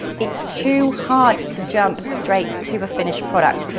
it's too hard to jump straight to a finished product.